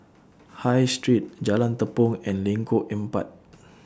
High Street Jalan Tepong and Lengkok Empat